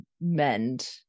mend